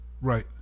Right